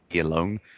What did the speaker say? alone